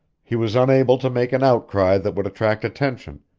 he was unable to make an outcry that would attract attention,